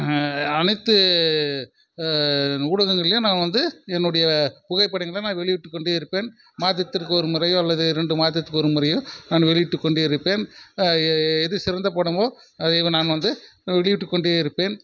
அனைத்து ஊடகங்களிலும் நான் வந்து என்னுடைய புகைப்படங்கள நான் வெளியிட்டுக் கொண்டே இருப்பேன் மாதத்திற்கு ஒரு முறையோ அல்லது இரண்டு மாதத்திற்கு ஒரு முறையோ நான் வெளியிட்டுக் கொண்டே இருப்பேன் எது சிறந்த படமோ அதை இப்போ நான் வந்து வெளியிட்டுக் கொண்டே இருப்பேன்